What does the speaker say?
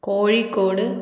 Kozhikode